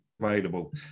available